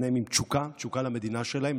שניהם עם תשוקה למדינה שלהם,